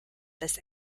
this